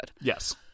Yes